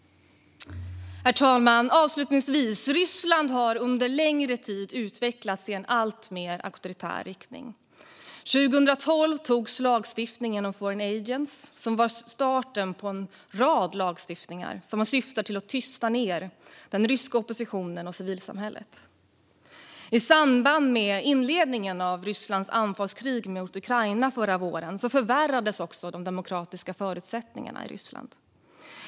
Herr talman! Avslutningsvis har Ryssland under en längre tid utvecklats i alltmer auktoritär riktning. År 2012 antogs lagstiftningen om foreign agents, som var starten på en rad lagstiftningar som syftar till att tysta den ryska oppositionen och civilsamhället. I samband med inledningen av Rysslands anfallskrig mot Ukraina förra våren förvärrades de demokratiska förutsättningarna i Ryssland.